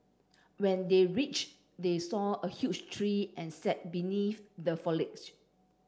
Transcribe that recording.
when they reach they saw a huge tree and sat beneath the foliage